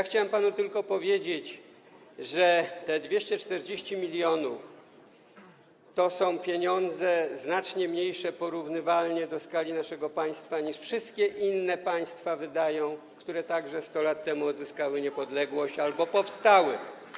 Chciałem panu tylko powiedzieć, że te 240 mln to są pieniądze znacznie mniejsze, porównywalnie do skali naszego państwa, niż to, co wydają wszystkie inne państwa, które także 100 lat temu odzyskały niepodległość albo powstały.